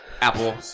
Apple